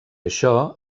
això